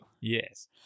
Yes